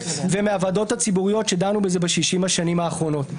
ומהוועדות הציבוריות שדנו בזה ב-60 השנים האחרונות.